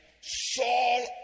Saul